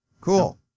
Cool